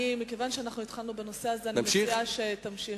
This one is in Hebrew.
מכיוון שהתחלנו בנושא הזה אני מציעה שתמשיך.